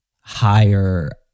higher